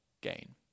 gain